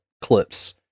clips